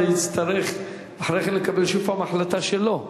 זה יצטרך אחרי כן לקבל שוב החלטה שלו.